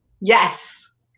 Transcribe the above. yes